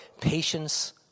patience